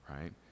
Right